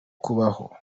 kubaho